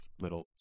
little